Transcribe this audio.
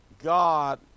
God